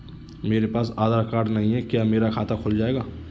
मेरे पास आधार कार्ड नहीं है क्या मेरा खाता खुल जाएगा?